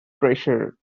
pressure